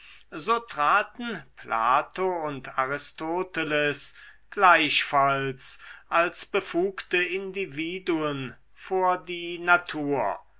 so traten plato und aristoteles gleichfalls als befugte individuen vor die natur